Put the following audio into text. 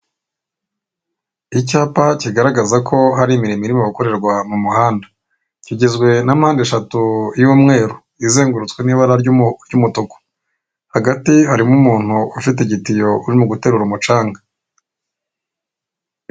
Icyapa kigaragaza ko hari imirimo irimo gukorerwa mu muhanda, kigizwe na mpande eshatu y'umweru izengurutswe n'ibara ry'umutuku, hagati harimo umuntu ufite igitiyo urimob guterura umucanga.